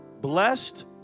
Blessed